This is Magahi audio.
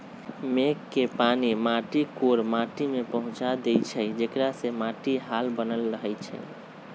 मेघ के पानी माटी कोर माटि में पहुँचा देइछइ जेकरा से माटीमे हाल बनल रहै छइ